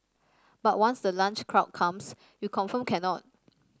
but once the lunch crowd comes you confirmed cannot